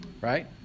right